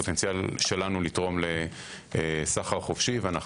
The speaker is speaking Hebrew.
הפוטנציאל שלנו לתרום לסחר חופשי ואנו